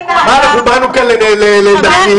מה, באנו כאן ---?